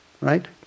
Right